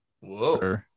Whoa